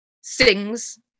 sings